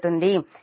కాబట్టి ఇది 1